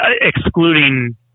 excluding